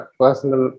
personal